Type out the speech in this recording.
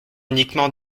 uniquement